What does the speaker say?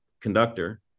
conductor